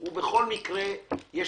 מבחינתי, התשלום